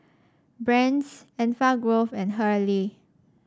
Brand's Enfagrow and Hurley